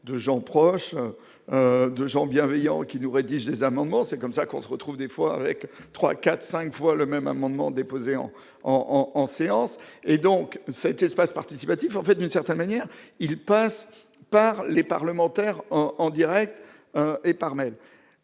de gens proches de gens bienveillants qui nous rédige amendements, c'est comme ça qu'on se retrouve des fois avec 3, 4, 5 fois le même amendement déposé en en en séance et donc cet espace participatif en fait d'une certaine manière, il passe par les parlementaires en Direct et par Mail